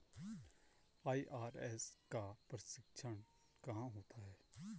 IRS का प्रशिक्षण कहाँ होता है?